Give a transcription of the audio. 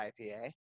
IPA